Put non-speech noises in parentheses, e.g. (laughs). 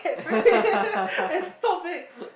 (laughs)